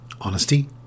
honesty